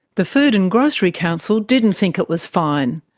the food and grocery council didn't think it was fine.